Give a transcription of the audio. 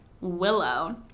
Willow